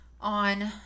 on